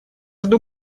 жду